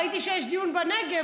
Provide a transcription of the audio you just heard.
ראיתי שיש דיון על הנגב,